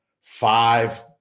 five